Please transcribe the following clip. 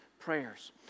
prayers